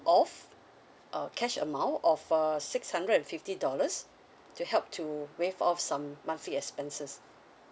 off err cash amount of err six hundred and fifty dollars to help to waive off some monthly expenses